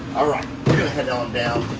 all right, we're gonna head on down